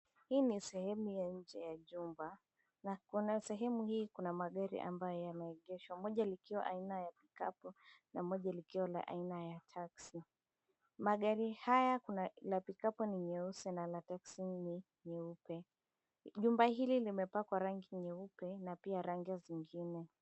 Hii ni sehemu ya nje ya jumba, na kuna sehemu hii kuna magari ambayo yameegeshwa, moja likiwa aina ya pikapu na moja likiwa la aina ya taksi, magari haya kuna la pikapu ni nyeusu na la taksi ni nyeupe, jumba hili limepakwa rangi nyeupe na pia rangi zengine.